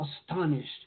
astonished